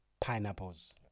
Pineapples